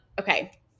Okay